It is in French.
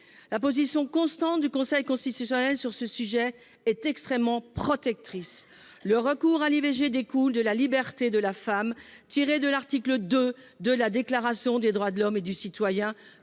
La position constante du Conseil constitutionnel sur ce sujet est extrêmement protectrice. Le recours à l'IVG découle de la liberté de la femme, tirée de l'article II de la Déclaration des droits de l'homme et du citoyen